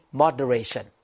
moderation